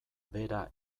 bera